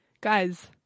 Guys